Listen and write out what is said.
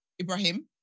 Ibrahim